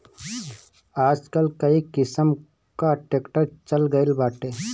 आजकल कई किसिम कअ ट्रैक्टर चल गइल बाटे